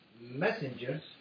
messengers